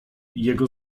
jego